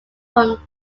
from